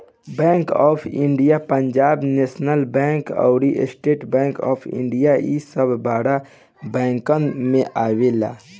bank of India, Punjab national bank अउरी state bank of India इ सब बड़ बैंकन में आवेला